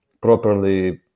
properly